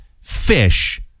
fish